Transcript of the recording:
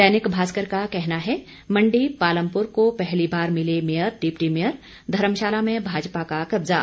दैनिक भास्कर का कहना है मंडी पालमपुर को पहली बार मिले मेयर डिप्टी मेयर धर्मशाला में भाजपा का कब्जा